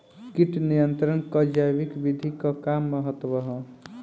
कीट नियंत्रण क जैविक विधि क का महत्व ह?